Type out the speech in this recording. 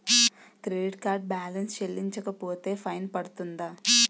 Credit card balance చెల్లించకపోతే fine పడ్తుంద?